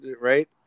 right